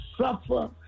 suffer